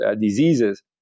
diseases